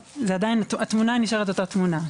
התמונה נשארת אותה תמונה,